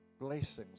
Blessings